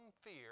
fear